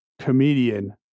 comedian